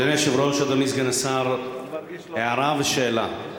אדוני היושב-ראש, אדוני סגן השר, הערה ושאלה.